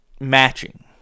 matching